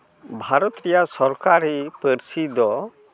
ᱵᱷᱟᱨᱚᱛ ᱨᱮᱭᱟᱜ ᱥᱚᱨᱠᱟᱨᱤ ᱯᱟᱹᱨᱥᱤ ᱫᱚ